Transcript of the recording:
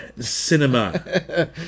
cinema